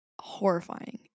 Horrifying